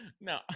No